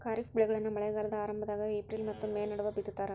ಖಾರಿಫ್ ಬೆಳೆಗಳನ್ನ ಮಳೆಗಾಲದ ಆರಂಭದಾಗ ಏಪ್ರಿಲ್ ಮತ್ತ ಮೇ ನಡುವ ಬಿತ್ತತಾರ